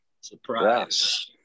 Surprise